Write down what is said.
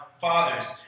fathers